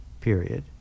period